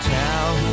town